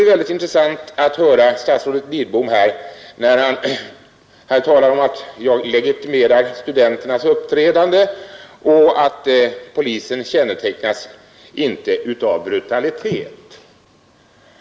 Det var intressant att höra statsrådet Lidbom tala om att jag vill legitimera studenternas uppträdande och att polisens handlande inte kännetecknas av brutalitet.